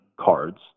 cards